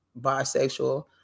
bisexual